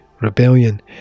Rebellion